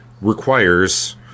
requires